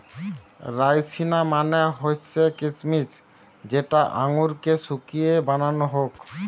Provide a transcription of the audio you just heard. রাইসিনা মানে হৈসে কিছমিছ যেটা আঙুরকে শুকিয়ে বানানো হউক